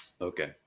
Okay